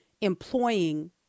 employing